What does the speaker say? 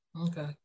Okay